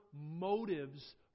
motives